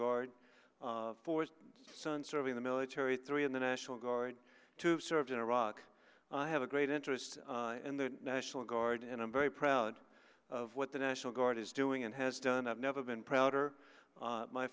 guard son served in the military three in the national guard to serve in iraq i have a great interest in the national guard and i'm very proud of what the national guard is doing and has done i've never been prouder of my